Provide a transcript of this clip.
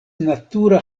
natura